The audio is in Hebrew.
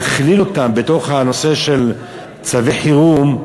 הכללתם בתוך הנושא של צווי חירום,